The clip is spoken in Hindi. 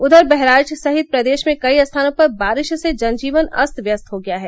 उधर बहराइच सहित प्रदेश में कई स्थानों पर बारिश से जनजीवन अस्त व्यस्त हो गया है